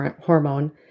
hormone